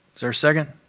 there a second?